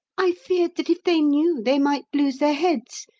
i feared that if they knew they might lose their heads,